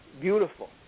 Beautiful